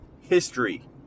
history